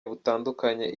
butandukanye